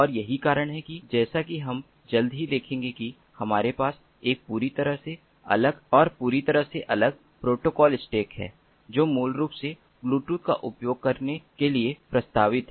और यही कारण है कि जैसा कि हम जल्द ही देखेंगे कि हमारे पास एक पूरी तरह से अलग और पूरी तरह से अलग प्रोटोकॉल स्टैक है जो मूल रूप से ब्लूटूथ का उपयोग करने के लिए प्रस्तावित है